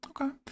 Okay